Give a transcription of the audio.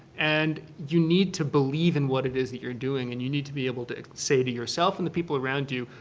and you need to believe in what it is that you're doing and you need to be able to say to yourself and the people around you,